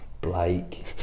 Blake